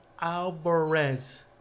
alvarez